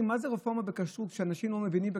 מה זה רפורמה בכשרות כשאנשים לא מבינים בכשרות?